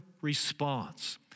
response